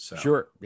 Sure